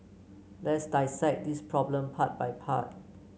let's dissect this problem part by part